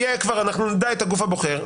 אנחנו כבר נדע את הגוף הבוחר,